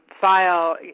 file